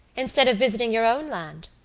instead of visiting your own land?